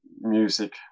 music